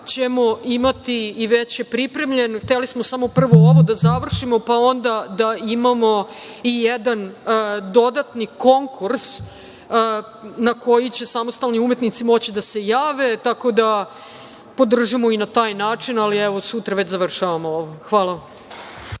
ćemo imati i veće pripremljen. Hteli smo samo prvo ovo da završimo, pa onda da imamo i jedan dodatni konkurs na koji će samostalni umetnici moći da se jave. Tako da, podržavamo i na taj način, ali evo sutra već završavamo. Hvala